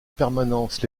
permanence